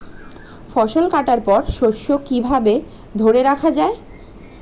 ফসল কাটার পর শস্য কিভাবে ধরে রাখা য়ায়?